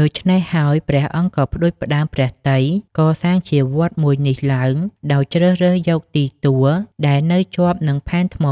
ដូច្នេះហើយ ព្រះអង្គក៏ផ្តួចផ្តើមព្រះទ័យកសាងជាវត្តមួយនេះឡើងដោយជ្រើសរើសយកទីទួលដែលនៅជាប់នឹងផែនថ្ម ៥